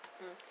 mm